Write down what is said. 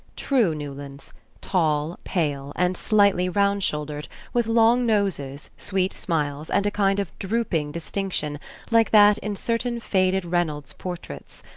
true newlands tall, pale, and slightly round-shouldered, with long noses, sweet smiles and a kind of drooping distinction like that in certain faded reynolds portraits.